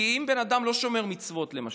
כי אם בן אדם לא שומר מצוות, למשל,